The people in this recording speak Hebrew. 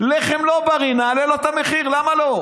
לחם זה לא בריא, נעלה את המחיר, למה לא?